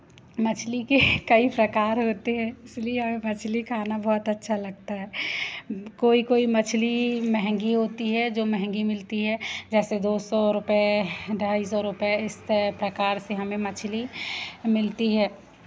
मछ्ली के कई प्रकार होते हैं इसलिए हमें मछ्ली खाना बहुत अच्छा लगता है कोई कोई मछ्ली मंहगी होती है जो मंहगी मिलती है जैसे दो सौ रुपए ढाई सौ रुपए इस तरह प्रकार से हमें मछ्ली मिलती है